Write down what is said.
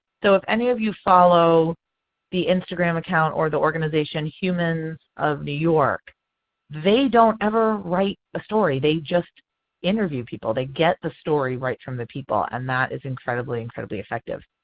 so if any of you follow the instagram accounts or the organization humans of new york they don't ever write a story. they just interview people. they get the story right from the people and that is incredibly, incredibly effective.